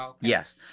yes